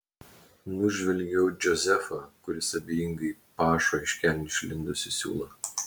nužvelgiu džozefą kuris abejingai pašo iš kelnių išlindusį siūlą